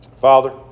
Father